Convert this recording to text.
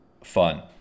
fun